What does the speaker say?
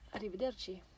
Arrivederci